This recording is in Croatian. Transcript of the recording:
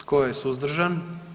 Tko je suzdržan?